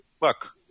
look